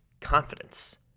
confidence